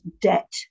debt